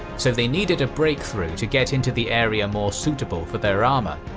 so they needed a breakthrough to get into the area more suitable for their armor.